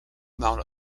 amount